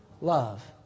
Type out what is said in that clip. love